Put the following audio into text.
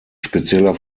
spezieller